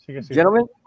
gentlemen